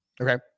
Okay